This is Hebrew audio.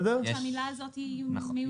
אז המילה הזאת מיותרת.